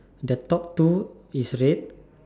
the top two is red